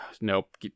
nope